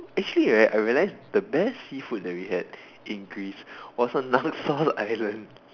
actually right I realize the best seafood that we had in Greece was in Naxos island